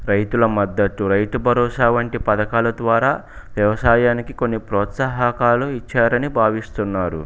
రైతుల మద్దతు రైతు భరోసా వంటి పథకాల ద్వారా వ్యవసాయానికి కొన్ని ప్రోత్సాహకాలు ఇచ్చారని భావిస్తున్నారు